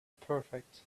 perfect